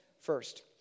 first